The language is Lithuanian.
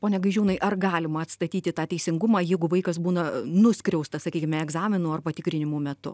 pone gaižiūnai ar galima atstatyti tą teisingumą jeigu vaikas būna nuskriaustas sakykime egzaminų ar patikrinimų metu